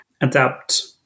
adapt